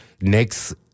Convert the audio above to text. next